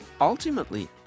ultimately